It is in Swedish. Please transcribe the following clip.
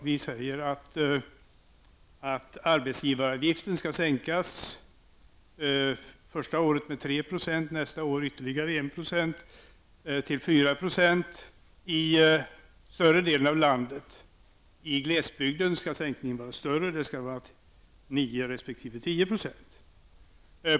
Vi säger att arbetsgivaravgiften i större delen av landet skall sänkas med 3 % under det första året och med ytterligare 1 % året därpå. I glesbygden skall sänkningen vara större, nämligen 9 resp. 10 %.